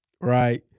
right